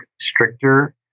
stricter